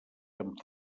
amb